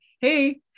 Hey